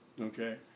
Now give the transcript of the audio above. okay